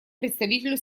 представителю